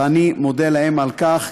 ואני מודה להם על כך,